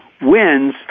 wins